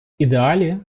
ідеалі